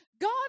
God